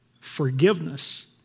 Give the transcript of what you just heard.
Forgiveness